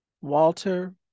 Walter